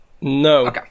No